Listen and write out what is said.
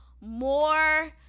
more